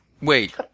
Wait